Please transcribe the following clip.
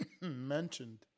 mentioned